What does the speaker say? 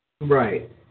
Right